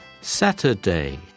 saturday